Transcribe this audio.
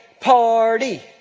party